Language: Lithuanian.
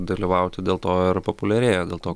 dalyvauti dėl to ir populiarėja dėl to